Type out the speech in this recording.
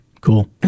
cool